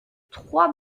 trois